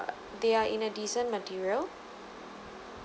they are in a decent material